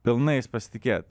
pilnai jais pasitikėt